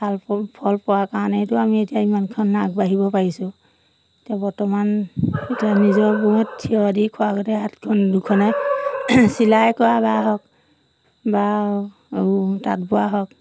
ভাল ফল ফল পোৱা কাৰণেইটো আমি এতিয়া ইমানখন আগবাঢ়িব পাৰিছোঁ এতিয়া বৰ্তমান এতিয়া নিজৰ মূৰত থিয় দি খোৱাৰ গতে হাতখন দুখনে চিলাই কৰা বা হওক বা আৰু তাঁত বোৱা হওক